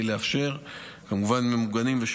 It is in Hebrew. ממוגנים כמובן,